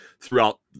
throughout